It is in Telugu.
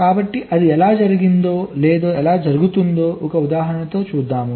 కాబట్టి అది ఎలా జరిగిందో లేదా ఎలా జరుగుతుందో ఒక ఉదాహరణతో చూద్దాం